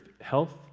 health